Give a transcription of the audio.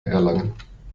erlangen